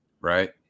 Right